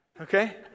okay